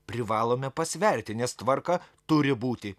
privalome pasverti nes tvarka turi būti